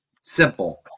Simple